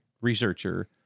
researcher